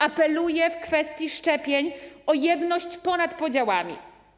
Apeluję w kwestii szczepień o jedność ponad podziałami.